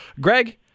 Greg